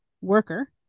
worker